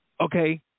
okay